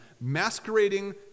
masquerading